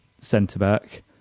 centre-back